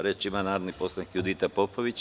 Reč ima narodni poslanik Judita Popović.